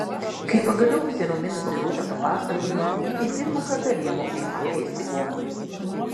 kai pagaliau apsiraminusi rūta papasakojo gytei pirmą kartą rėmuo ima ėsti gomurį